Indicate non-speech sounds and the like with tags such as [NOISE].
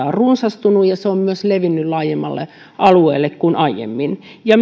[UNINTELLIGIBLE] on runsastunut ja se on myös levinnyt laajemmalle alueelle kuin aiemmin ja [UNINTELLIGIBLE]